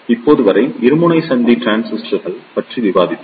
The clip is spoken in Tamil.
இப்போது வரை இருமுனை சந்தி டிரான்சிஸ்டர்கள் பற்றி விவாதித்தோம்